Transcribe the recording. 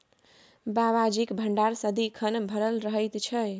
बाबाजीक भंडार सदिखन भरल रहैत छै